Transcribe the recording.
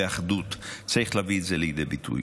ו"אחדות" צריך להביא את זה לידי ביטוי.